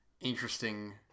interesting